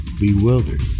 bewildered